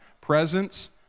Presence